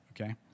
Okay